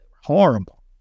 Horrible